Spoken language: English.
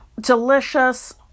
delicious